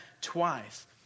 twice